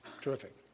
Terrific